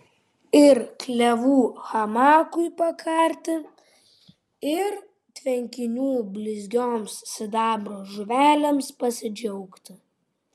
ir klevų hamakui pakarti ir tvenkinių blizgioms sidabro žuvelėms pasidžiaugti